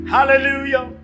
Hallelujah